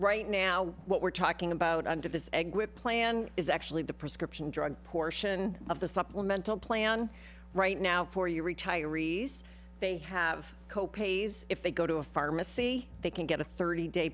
right now what we're talking about under this exit plan is actually the prescription drug portion of the supplemental plan right now for your retirees they have co pays if they go to a pharmacy they can get a thirty day